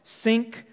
sink